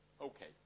Okay